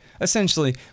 Essentially